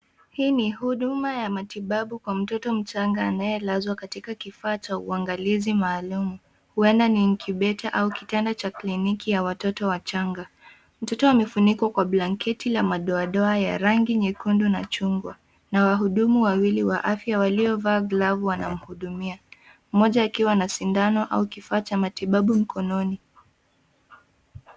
Hii ni huduma ya matibabu kwa mtoto mchanga aliyelazwa katika kifaa cha uangalizi maalum. Huenda ni incubator au kitanda cha kliniki cha watoto wachanga. mtoto amefunikwa kwa blanketi ya madoadoa ya rangi nyekundu na chungwa na wahudumu wawili wa afya waliovaa glavu wanamhudumia, mmoja akiwa na sindano au kifaa cha matibabu mkononi.